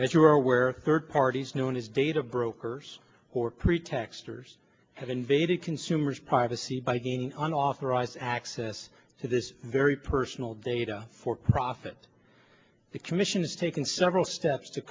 and i as you are aware third parties known as data brokers or pretext or have invaded consumers privacy by gaining unauthorized access to this very personal data for profit the commission is taking several steps to